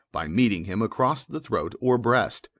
by meeting him across the throat or breast.